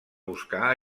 buscar